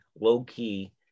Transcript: low-key